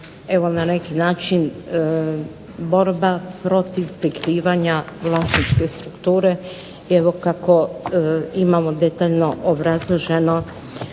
evo na neki način borba protiv prikrivanja vlasničke strukture i evo kako imamo detaljno obrazloženo.